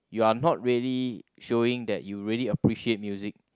you are not really showing that you really appreciate music